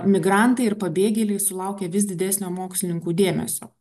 migrantai ir pabėgėliai sulaukia vis didesnio mokslininkų dėmesio